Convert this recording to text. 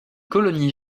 colonie